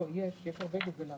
לא, יש הרבה מדינות של גוגל ואפל.